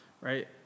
right